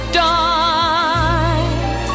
die